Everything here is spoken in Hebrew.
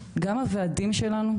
גם הוועדים שלנו,